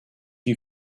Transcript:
you